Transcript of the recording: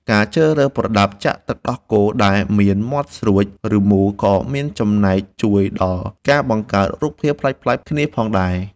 ការជ្រើសរើសប្រដាប់ចាក់ទឹកដោះគោដែលមានមាត់ស្រួច ឬមូល ក៏មានចំណែកជួយដល់ការបង្កើតរូបរាងប្លែកៗគ្នាផងដែរ។